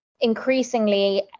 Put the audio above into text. increasingly